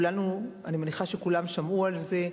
אני מניחה שכולם שמעו על זה,